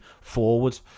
forward